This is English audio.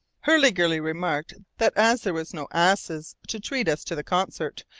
hurliguerly remarked that as there were no asses to treat us to the concert,